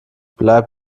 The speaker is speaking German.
bleib